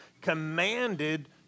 commanded